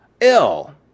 ill